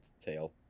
tail